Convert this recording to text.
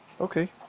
okay